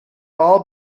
all